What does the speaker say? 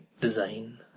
design